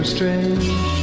strange